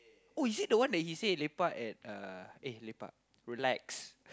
oh is it the one that he say lepak at uh eh lepak relax